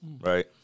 right